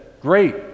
great